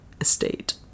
estate